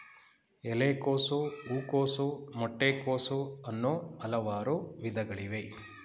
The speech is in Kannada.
ಎಲೆಕೋಸು, ಹೂಕೋಸು, ಮೊಟ್ಟೆ ಕೋಸು, ಅನ್ನೂ ಹಲವಾರು ವಿಧಗಳಿವೆ